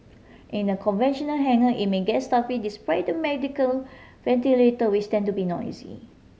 in a conventional hangar it may get stuffy despite the mechanical ventilator which tends to be noisy